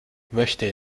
möchte